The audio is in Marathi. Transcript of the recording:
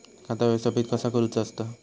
खाता व्यवस्थापित कसा करुचा असता?